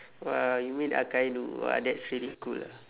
!wah! you mean akainu !wah! that's really cool ah